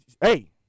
Hey